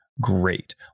great